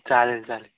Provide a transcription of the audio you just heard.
चालेल चालेल